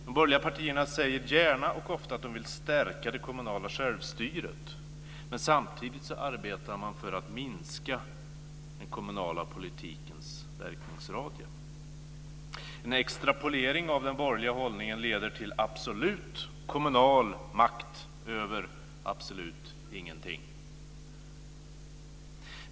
De borgerliga partierna säger gärna och ofta att de vill stärka det kommunala självstyret, men samtidigt arbetar man för att minska den kommunala politikens verkningsradie. En extra polering av den borgerliga hållningen leder till absolut kommunal makt över absolut ingenting.